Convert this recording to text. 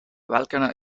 volcano